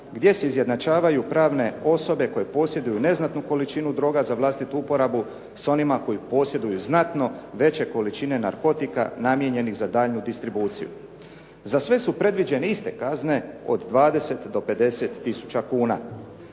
gdje se izjednačavaju pravne osobe koje posjeduju neznatnu količinu droga za vlastitu uporabu s onima koji posjeduju znatno veće količine narkotika namijenjenih za daljnju distribuciju. Za sve su predviđene iste kazne, od 20 do 50 tisuća kuna.